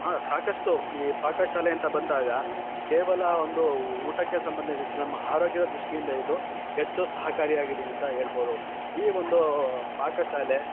ಹಾಂ ಸಾಕಷ್ಟು ಈ ಪಾಕಶಾಲೆ ಅಂತ ಬಂದಾಗ ಕೇವಲ ಒಂದು ಊಟಕ್ಕೆ ಸಂಬಂಧಿಸಿದ ನಮ್ಮ ಆರೋಗ್ಯದ ದೃಷ್ಟಿಯಿಂದ ಇದು ಹೆಚ್ಚು ಸಹಕಾರಿಯಾಗಿದೆ ಅಂತ ಹೇಳ್ಬೋದು ಈ ಒಂದು ಪಾಕಶಾಲೆ